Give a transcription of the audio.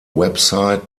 website